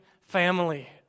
family